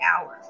hours